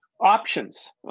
options